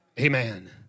Amen